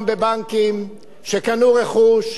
בבנקים, שקנו רכוש,